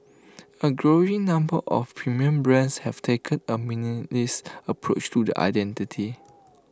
A growing number of premium brands have taken A minimalist approach to the identity